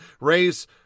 race